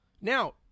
Now